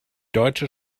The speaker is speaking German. deutsche